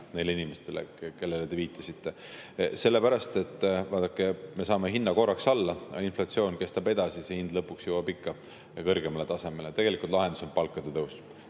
neile inimestele, kellele te viitasite. Vaadake, me saame hinna korraks alla, aga inflatsioon kestab edasi ja lõpuks jõuab hind ikka kõrgemale tasemele. Tegelikult on lahendus palkade tõus,